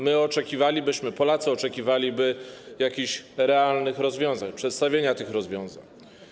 My oczekiwalibyśmy, Polacy oczekiwaliby jakichś realnych rozwiązań, przedstawienia tych rozwiązań.